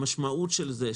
המשמעות של זה,